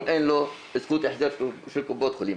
אם אין לו זכות החזר של קופות חולים,